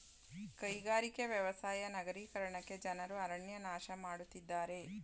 ಕೈಗಾರಿಕೆ, ವ್ಯವಸಾಯ ನಗರೀಕರಣಕ್ಕೆ ಜನರು ಅರಣ್ಯ ನಾಶ ಮಾಡತ್ತಿದ್ದಾರೆ